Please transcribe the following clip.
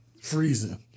Freezing